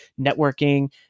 networking